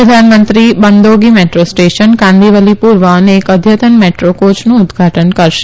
પ્રધાનમંત્રી Bandongri metro station Kandivali પુર્વ અને એક અદ્યતન મેદ્રો કોચનું ઉદઘાટન કરશે